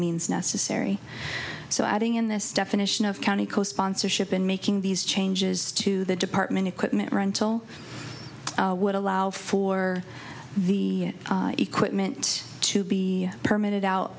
means necessary so adding in this definition of county co sponsorship in making these changes to the department equipment rental would allow for the equipment to be permitted out